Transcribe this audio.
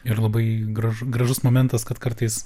ir labai gražu gražus momentas kad kartais